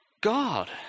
God